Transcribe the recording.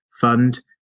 fund